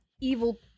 evil